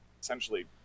essentially